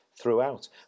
throughout